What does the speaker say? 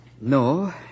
No